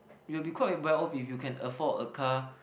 you'll be quite well off if you can afford a car